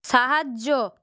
সাহায্য